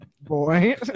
boy